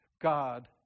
God